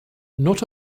not